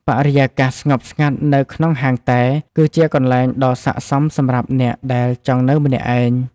បរិយាកាសស្ងប់ស្ងាត់នៅក្នុងហាងតែ គឺជាកន្លែងដ៏ស័ក្តិសមសម្រាប់អ្នកដែលចង់នៅម្នាក់ឯង។